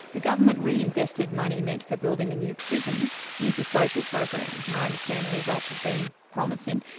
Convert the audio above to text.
the government reinvested money meant for building a new prison into social programs, and i understand the results have been promising.